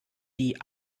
die